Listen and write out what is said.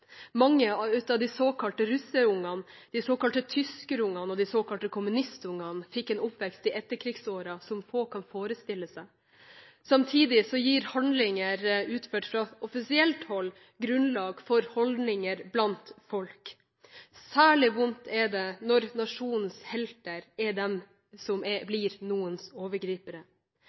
Mange av de såkalte russerungene, de såkalte tyskerungene og de såkalte kommunistungene fikk en oppvekst i etterkrigsårene som få kan forestille seg. Samtidig gir handlinger utført fra offisielt hold grunnlag for holdninger blant folk. Særlig vondt er det når nasjonens helter